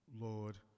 Lord